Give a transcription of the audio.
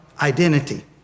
identity